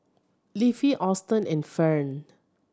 Leafy Auston and Ferne